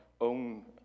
own